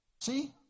See